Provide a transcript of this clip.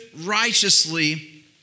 righteously